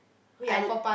I